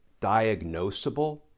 diagnosable